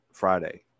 Friday